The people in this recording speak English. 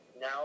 now